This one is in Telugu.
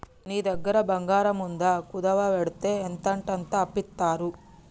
నీ దగ్గర బంగారముందా, కుదువవెడ్తే ఎంతంటంత అప్పిత్తరు